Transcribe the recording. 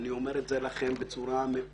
אני אומר לכם את זה בצורה מאוד,